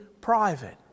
private